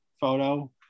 photo